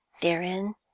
Therein